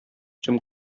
чим